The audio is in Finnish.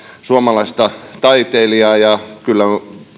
suomalaista taitelijaa ja kyllä